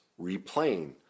replaying